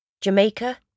Jamaica